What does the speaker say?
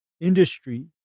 industry